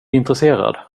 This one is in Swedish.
intresserad